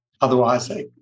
Otherwise